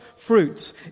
fruits